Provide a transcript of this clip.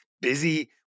busy